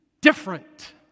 different